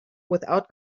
without